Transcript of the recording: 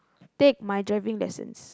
take my driving lessons